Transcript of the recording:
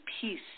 peace